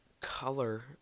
Color